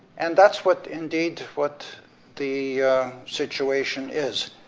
and that's what, indeed, what the situation is.